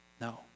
No